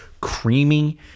creamy